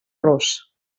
ros